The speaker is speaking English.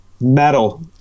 metal